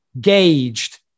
gauged